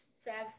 Seven